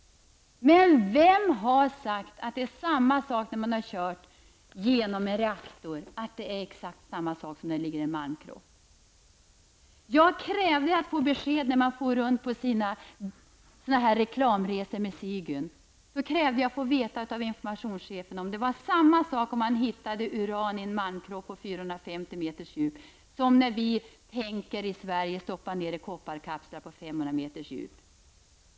Men vem har sagt att det är samma sak när man kört uranet genom en reaktor? Jag krävde besked när man for runt på reklamresor med Sigyn. Jag krävde att få veta av informationschefen om det var samma sak att hitta uran i en malmkropp på 450 m djup, som när vi i Sverige tänker stoppa ner vårt avfall i kopparkapslar på 500 m djup.